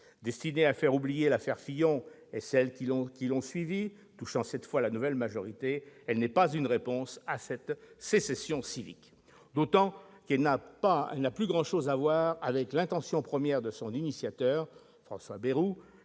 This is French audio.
Destinée à faire oublier « l'affaire Fillon » et celles qui l'ont suivie, touchant, cette fois, la nouvelle majorité, elle n'est pas une réponse à cette sécession civique. Et ce d'autant moins qu'elle n'a plus grand-chose à voir avec l'intention première de son initiateur, François Bayrou,